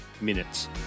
minutes